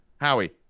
Howie